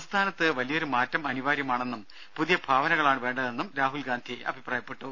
സംസ്ഥാനത്ത് വലിയൊരു മാറ്റം അനിവാര്യമാണെന്നും പുതിയ ഭാവനകളാണ് വേണ്ടെതെന്നും രാഹുൽ ഗാന്ധി അഭിപ്രായപ്പെട്ടു